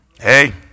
Hey